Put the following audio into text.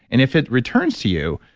and if it returns to you,